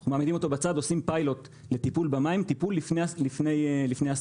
אנחנו מעמידים אותו בצד ועושים פיילוט לטיפול במים טיפול לפני אספקה.